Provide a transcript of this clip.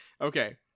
Okay